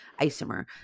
isomer